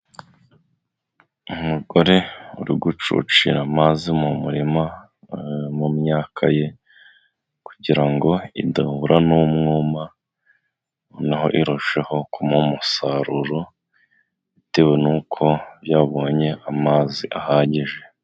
Umugore uri gucucira amazi mu murima mu myaka ye kugira ngo idahura n'umwuma noneho irusheho kumuha umusaruro bitewe n'uko yabonye amazi ahagije.